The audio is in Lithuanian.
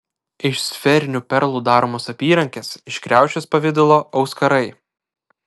iš sferinių perlų daromos apyrankės iš kriaušės pavidalo auskarai